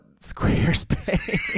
squarespace